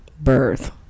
birth